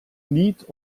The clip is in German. niet